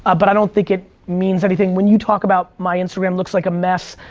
ah but i don't think it means anything. when you talk about my instagram looks like a mess,